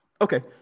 okay